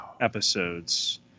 episodes